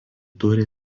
turi